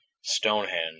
Stonehenge